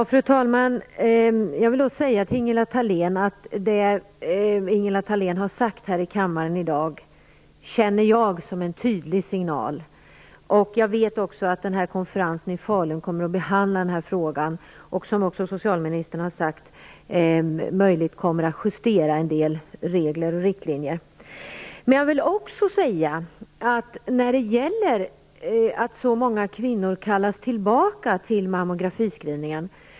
Fru talman! Det Ingela Thalén i dag sagt i kammaren upplever jag som en tydlig signal. Jag vet också att konferensen i Falun kommer att behandla den här frågan och möjligen justera en del regler och riktlinjer. Många kvinnor kallas tillbaka till mammografiscreening.